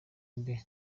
mbi